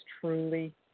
truly